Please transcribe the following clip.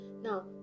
now